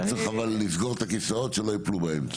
צריך אבל לסגור את הכיסאות שלא יפלו באמצע.